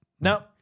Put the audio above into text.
No